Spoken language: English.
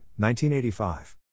1985